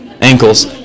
ankles